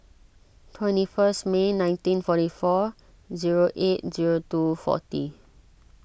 twenty first May nineteen forty four zero eight zero two forty